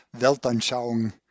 Weltanschauung